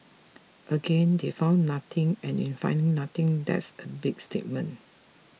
again they found nothing and in finding nothing that's a big statement